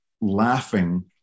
laughing